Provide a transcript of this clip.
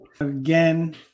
Again